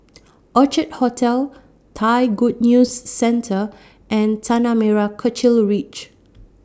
Orchard Hotel Thai Good News Centre and Tanah Merah Kechil Ridge